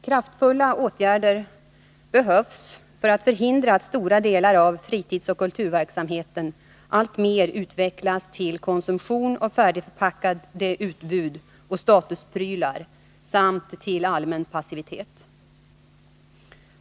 Kraftfulla åtgärder behövs för att förhindra att stora delar av fritidsoch kulturverksamheten alltmer utvecklas till konsumtion av färdigförpackade utbud och statusprylar samt till allmän passivitet.